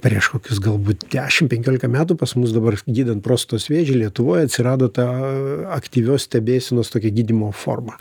prieš kokius galbūt dešim penkiolika metų pas mus dabar gydant prostatos vėžį lietuvoj atsirado ta aktyvios stebėsenos tokia gydymo forma